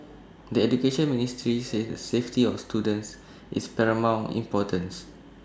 the Education Ministry says the safety of students is paramount importance